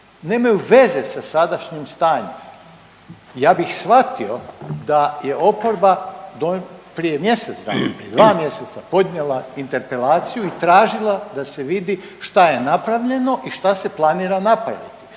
nemaju veze sa sadašnjim stanjem. Ja bih shvatio da je oporba prije mjesec dana ili 2 mjeseca podnijela interpelaciju i tražila da se vidi šta je napravljeno i šta se planira napraviti.